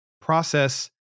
process